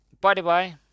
Bye-bye